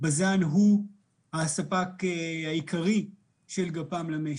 בזן הוא הספק העיקרי של גפ"מ למשק.